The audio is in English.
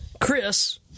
Chris